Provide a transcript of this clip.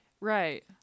Right